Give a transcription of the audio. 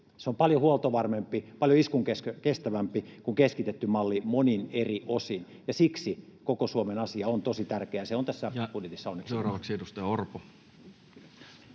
se on paljon huoltovarmempi, paljon iskunkestävämpi kuin keskitetty malli monin eri osin, ja siksi koko Suomen asia on tosi tärkeä — se on tässä budjetissa onneksi. Ja seuraavaksi edustaja Orpo.